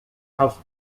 house